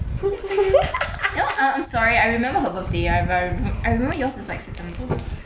you know I I'm sorry I remember her birthday I I re~ I remember yours is like september